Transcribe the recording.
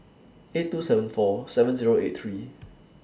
eight two seven four seven Zero eight three